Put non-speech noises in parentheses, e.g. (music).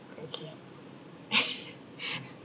okay (laughs)